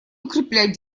укреплять